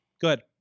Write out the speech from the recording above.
good